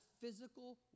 physical